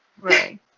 Right